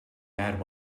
bad